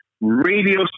radio